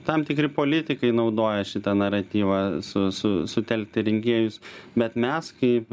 tam tikri politikai naudoja šitą naratyvą su su sutelkti rinkėjus bet mes kaip